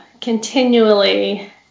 continually